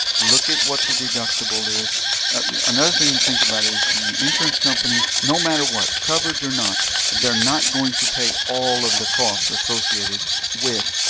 look at what the deductible is and another thing to think about is the insurance company no matter what coverage or not they're not going to pay all of the cost associated with